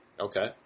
Okay